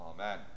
Amen